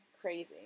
Crazy